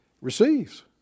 receives